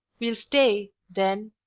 e'll stay, then,